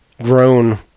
grown